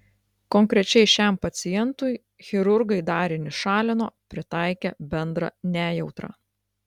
konkrečiai šiam pacientui chirurgai darinį šalino pritaikę bendrą nejautrą